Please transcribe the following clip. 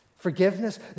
Forgiveness